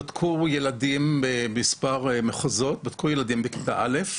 בדקו ילדים במספר מחוזות בכיתה א',